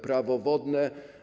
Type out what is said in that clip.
Prawo wodne.